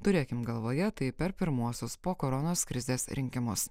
turėkim galvoje tai per pirmuosius po koronos krizės rinkimus